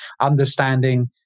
understanding